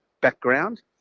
background